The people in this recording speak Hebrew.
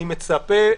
אני מצפה,